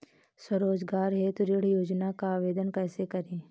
स्वरोजगार हेतु ऋण योजना का आवेदन कैसे करें?